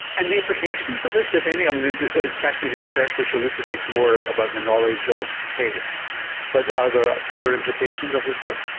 and the implications of this, if any, i mean it's fascinating research which elucidates more about the knowledge of taste but are there further implications of this work?